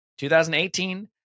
2018